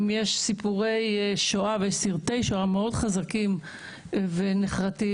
אם יש סיפורי שואה וסרטי שואה מאוד חזקים ונחרטים,